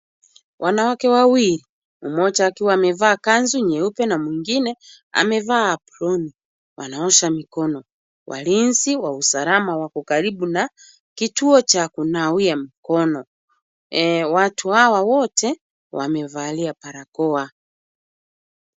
Wanawake wawili, mmoja akiwa amevaa kanzu nyeupe na mwingine amevaa aproni. Wanaosha mikono. Walinzi wa usalama wako karibu na kituo cha kunawia mikono, watu hawa wote wamevalia barakoa.